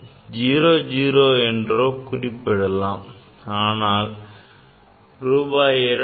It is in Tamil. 00 என்றோ குறிப்பிடலாம் ஆனால் ரூபாய் 200